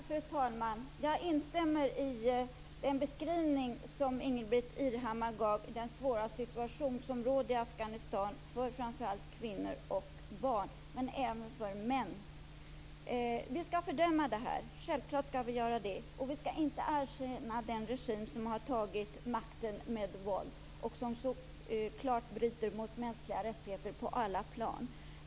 Fru talman! Jag instämmer i den beskrivning som Ingbritt Irhammar gav av den svåra situation som råder i Afghanistan för framför allt kvinnor och barn men även för män. Vi skall självfallet fördöma detta. Vi skall inte erkänna den regim som har tagit makten med våld och som så klart bryter mot mänskliga rättigheter på alla plan.